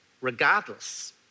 regardless